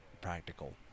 practical